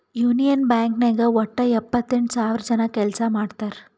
union Bank ನಾಗ್ ವಟ್ಟ ಎಪ್ಪತ್ತೆಂಟು ಸಾವಿರ ಜನ ಕೆಲ್ಸಾ ಮಾಡ್ತಾರ್